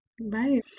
Right